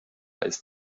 ist